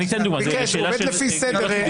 הוא עובד לפי סדר.